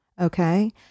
Okay